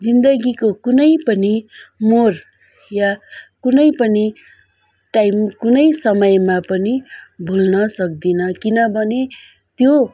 जिन्दगीको कुनै पनि मोड या कुनै पनि टाइम कुनै समयमा पनि भुल्न सक्दिनँ किनभने त्यो